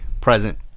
present